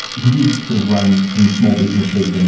he did run some small businesses, and